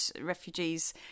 refugees